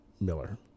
Miller